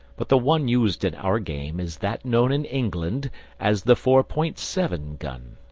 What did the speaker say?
but the one used in our game is that known in england as the four-point-seven gun.